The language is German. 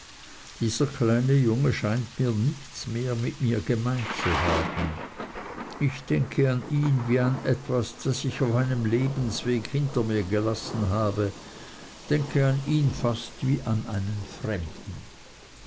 dieser kleine junge scheint mit mir nichts mehr gemein zu haben ich denke an ihn wie an etwas das ich auf meinem lebensweg hinter mir gelassen habe denke an ihn fast wie an einen fremden